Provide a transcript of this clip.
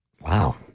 Wow